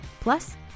Plus